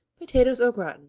potatoes au gratin